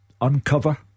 uncover